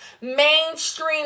mainstream